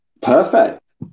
Perfect